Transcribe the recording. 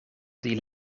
die